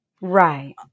Right